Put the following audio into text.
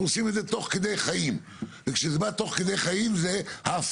עושים את זה תוך כדי חיים וכשזה בא תוך כדי חיים זה הפרעה.